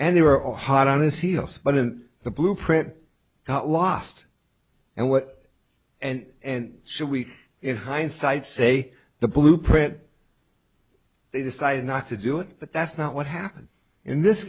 and they were all hot on his heels but in the blueprint got lost and what and and should we in hindsight say the blueprint they decided not to do it but that's not what happened in this